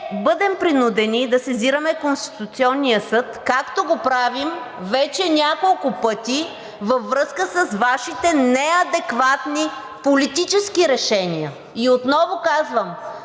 бъдем принудени да сезираме Конституционния съд, както го правим вече няколко пъти, във връзка с Вашите неадекватни политически решения. И отново казвам,